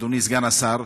אדוני סגן השר,